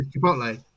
Chipotle